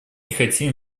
хотим